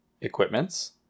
equipments